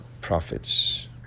Prophets